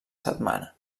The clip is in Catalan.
setmana